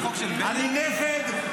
אני נכד,